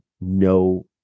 no